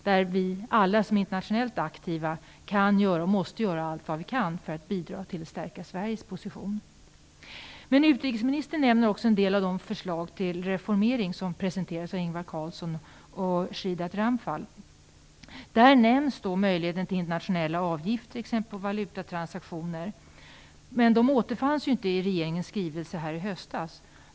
Alla vi som är internationellt aktiva kan, och måste, där göra allt för att stärka Sveriges position. Utrikesministern nämner också en del av de förslag till reformering som presenterats av Ingvar Carlsson och Shridath Ramphal. Där nämns möjligheten till internationella avgifter t.ex. på valutatransaktioner. De återfanns emellertid inte i regeringens skrivelse i höstas.